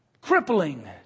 crippling